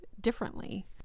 differently